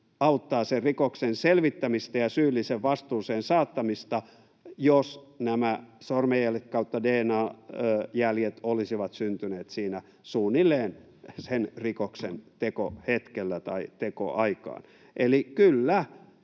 auttaa sen rikoksen selvittämistä ja syyllisen vastuuseen saattamista, jos nämä sormenjäljet/dna-jäljet olisivat syntyneet suunnilleen sen rikoksen tekoaikaan. Eli kyllä,